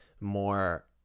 more